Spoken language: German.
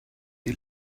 die